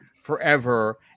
forever